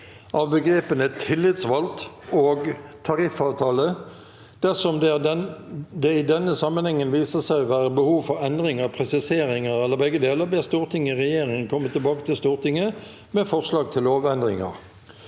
av begrepene «tillitsvalgt» og «tariffavtale». Dersom det i denne sammenheng viser seg å være behov for endringer, presiseringer eller begge deler, ber Stortinget regjeringen komme tilbake til Stortinget med forslag til lovendringer.»